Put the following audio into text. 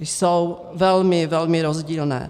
Jsou velmi, velmi rozdílné.